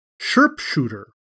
sharpshooter